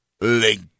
link